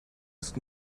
ist